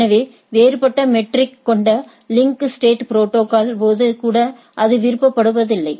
எனவே வேறுபட்ட மெட்ரிக் கொண்ட லிங்க் ஸ்டேட் ப்ரோடோகால் போது கூட அது விரும்பப்படுவதில்லை